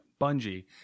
Bungie